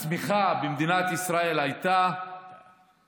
הצמיחה במדינת ישראל